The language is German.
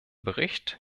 bericht